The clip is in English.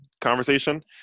conversation